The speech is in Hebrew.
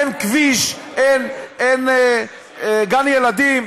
אין כביש, אין גן-ילדים.